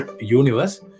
universe